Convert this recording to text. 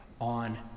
on